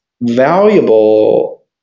valuable